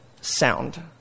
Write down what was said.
sound